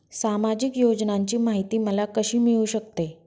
सामाजिक योजनांची माहिती मला कशी मिळू शकते?